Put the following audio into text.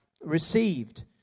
received